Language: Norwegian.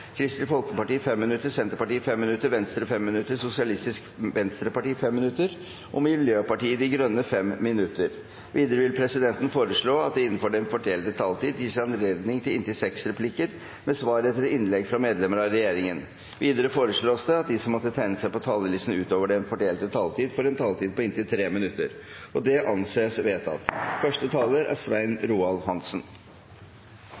Kristelig Folkeparti 5 minutter, Senterpartiet 5 minutter, Venstre 5 minutter, Sosialistisk Venstreparti 5 minutter og Miljøpartiet De Grønne 5 minutter. Videre vil presidenten foreslå at det – innenfor den fordelte taletid – blir gitt anledning til inntil seks replikker med svar etter innlegg fra medlemmer av regjeringen. Videre blir det foreslått at de som måtte tegne seg på talerlisten utover den fordelte taletid, får en taletid på inntil 3 minutter. – Det anses vedtatt. Statsråden konsentrerte redegjørelsen om fem sentrale utfordringer. Det er